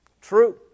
True